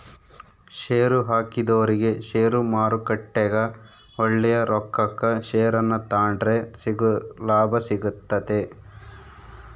ಷೇರುಹಾಕಿದೊರಿಗೆ ಷೇರುಮಾರುಕಟ್ಟೆಗ ಒಳ್ಳೆಯ ರೊಕ್ಕಕ ಷೇರನ್ನ ತಾಂಡ್ರೆ ಲಾಭ ಸಿಗ್ತತೆ